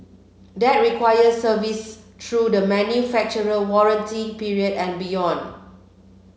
that requires service through the manufacturer warranty period and beyond